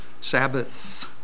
Sabbaths